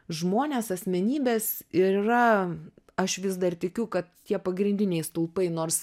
žmonės asmenybės ir yra aš vis dar tikiu kad tie pagrindiniai stulpai nors